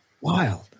Wild